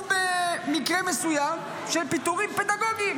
הוא במקרה מסוים של פיטורים פדגוגיים,